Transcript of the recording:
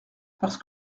parce